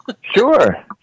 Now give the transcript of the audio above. Sure